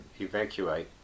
evacuate